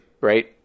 Right